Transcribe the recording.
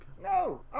No